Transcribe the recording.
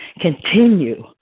continue